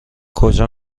کجا